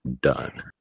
done